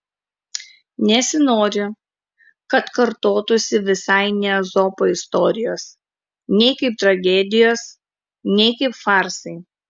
nesinori kad kartotųsi visai ne ezopo istorijos nei kaip tragedijos nei kaip farsai